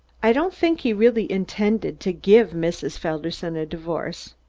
i don't think he really intended to give mrs. felderson a divorce.